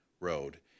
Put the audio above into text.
Road